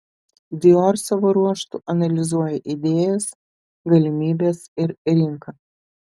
dior savo ruožtu analizuoja idėjas galimybes ir rinką